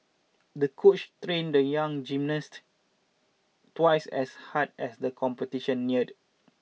the coach trained the young gymnast twice as hard as the competition neared